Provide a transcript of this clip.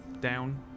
down